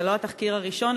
זה לא התחקיר הראשון,